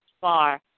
far